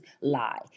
lie